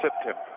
September